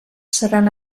seran